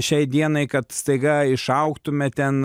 šiai dienai kad staiga išaugtume ten